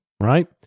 right